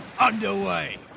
underway